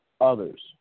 others